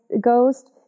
ghost